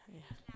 yeah